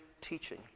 teaching